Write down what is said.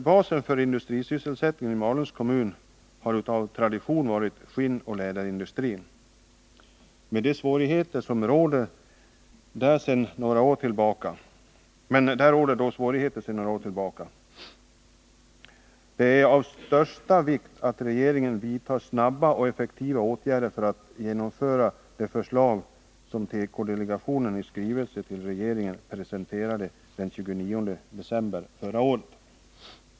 Basen för industrisysselsättningen i Malungs kommun har av tradition varit skinnoch läderindustrin, men där råder svårigheter sedan några år tillbaka. Det är av största vikt att regeringen vidtar snabba och effektiva åtgärder för att genomföra de förslag som tekodelegationen i skrivelse till regeringen presenterade den 29 december förra året.